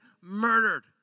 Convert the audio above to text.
murdered